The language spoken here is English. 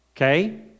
Okay